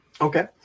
Okay